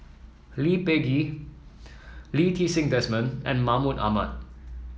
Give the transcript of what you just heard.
Lee Peh Gee Lee Ti Seng Desmond and Mahmud Ahmad